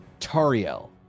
Tariel